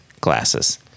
glasses